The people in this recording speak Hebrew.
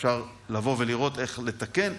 אפשר לבוא ולראות איך לתקן,